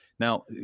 Now